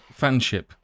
fanship